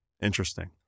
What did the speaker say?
Interesting